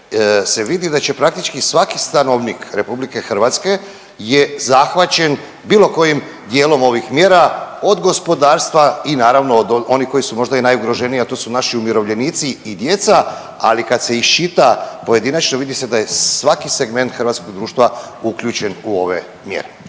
se vidi već je praktički svaki stanovnik RH je zahvaćen bilo kojim dijelom ovog mjera od gospodarstva i naravno oni koji su možda i najugroženiji, a to su naši umirovljenici i djeca, ali kad se iščita pojedinačno vidi se da je svaki segment hrvatskog društva uključen u ove mjere.